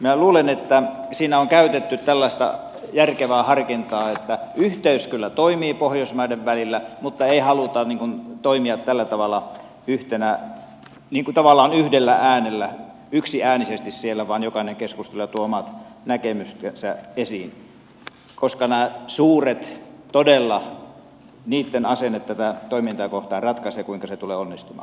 minä luulen että siinä on käytetty tällaista järkevää harkintaa että yhteys kyllä toimii pohjoismaiden välillä mutta ei haluta toimia tällä tavalla yhtenä niin kuin tavallaan yhdellä äänellä yksiäänisesti siellä vaan jokainen keskustelija tuo omat näkemyksensä esiin koska todella näitten suurten asenne tätä toimintaa kohtaan ratkaisee kuinka se tulee onnistumaan